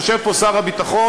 יושב פה שר הביטחון,